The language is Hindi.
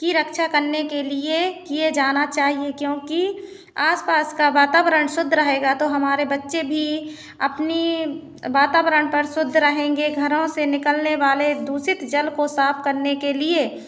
की रक्षा करने के लिए किए जाना चाहिए क्योंकि आस पास का वातावरण शुद्ध रहेगा तो हमारे बच्चे भी अपनी वातावरण पर शुद्ध रहेंगे घरों से निकलने वाले दूषित जल को साफ़ करने के लिए